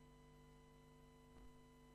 רבותי,